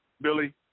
Billy